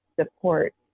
support